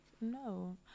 No